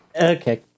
Okay